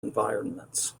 environments